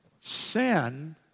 sin